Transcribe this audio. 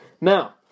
Now